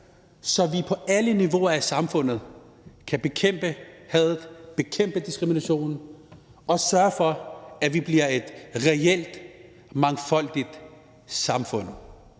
så vi på alle niveauer af samfundet kan bekæmpe hadet, bekæmpe diskriminationen og sørge for, at vi bliver et reelt mangfoldigt samfund.